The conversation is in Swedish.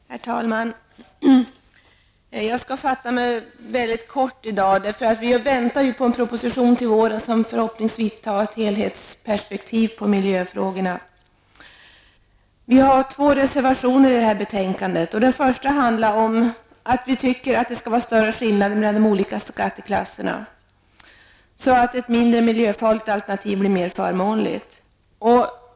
Herr talman! Jag skall fatta mig mycket kort i dag, eftersom vi väntar på en proposition som skall komma till våren och som förhoppningsvis skall ha ett helhetsperspektiv på miljöfrågorna. Vi har fogat två reservationer till detta betänkande. Den första handlar om att vi tycker att det skall vara större skillnader mellan de olika skatteklasserna så att ett mindre miljöfarligt alternativ blir mera förmånligt.